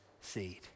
seed